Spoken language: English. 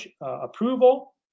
approval